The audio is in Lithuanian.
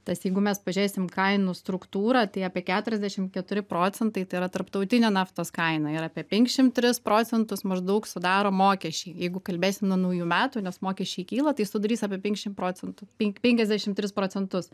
tas jeigu mes pažiūrėsim kainų struktūrą tai apie keturiasdešimt keturi procentai tai yra tarptautinė naftos kaina ir apie penkiasdešimt tris procentus maždaug sudaro mokesčiai jeigu kalbėsim nuo naujų metų nes mokesčiai kyla tai sudarys apie penkiasdešimt procentų penkiasdešimt tris procentus